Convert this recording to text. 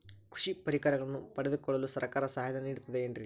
ಕೃಷಿ ಪರಿಕರಗಳನ್ನು ಪಡೆದುಕೊಳ್ಳಲು ಸರ್ಕಾರ ಸಹಾಯಧನ ನೇಡುತ್ತದೆ ಏನ್ರಿ?